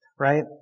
Right